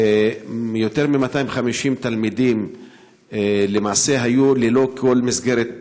ויותר מ-250 תלמידים למעשה היו ללא כל מסגרת חינוכית,